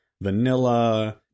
vanilla